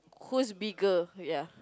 whose bigger ya